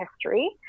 history